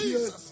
Jesus